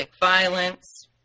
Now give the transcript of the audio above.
violence